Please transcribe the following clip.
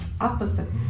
opposites